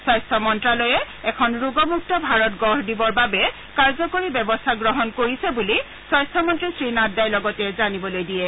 স্বাস্থ্য মন্নালয়ে এখন ৰোগমুক্ত ভাৰত গঢ় দিবৰ বাবে কাৰ্যকৰী ব্যৱস্থা গ্ৰহণ কৰিছে বুলি স্বাস্থামন্ত্ৰী শ্ৰী নাড্ডাই লগতে জানিবলৈ দিয়ে